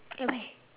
at where